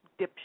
dipshit